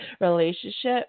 relationship